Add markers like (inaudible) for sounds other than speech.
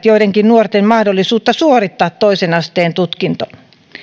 (unintelligible) joidenkin nuorten mahdollisuutta suorittaa toisen asteen tutkinto tai jopa estävät sen